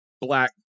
black